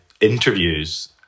interviews